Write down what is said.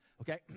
okay